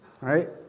right